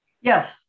Yes